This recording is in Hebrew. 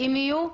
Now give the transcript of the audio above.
אם יהיו.